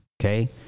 Okay